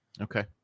okay